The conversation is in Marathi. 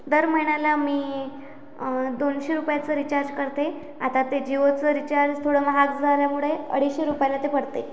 दर महिन्याला मी दोनशे रुपयाचं रिचार्ज करते आता ते जिओचं रिचार्ज थोडं महाग झाल्यामुळे अडीचशे रुपयाला ते पडते